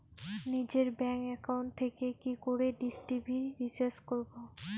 নিজের bank account থেকে কি করে ডিশ টি.ভি রিচার্জ করবো?